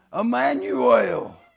Emmanuel